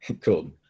Cool